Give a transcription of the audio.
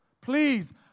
please